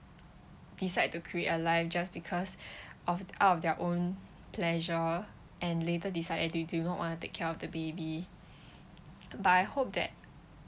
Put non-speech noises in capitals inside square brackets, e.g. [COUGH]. decide to create a life just because [BREATH] of out of their own pleasure and later decide that they do not want to take care of the baby but I hope that